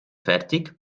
fertig